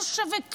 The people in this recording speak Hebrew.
לא שווה כלום,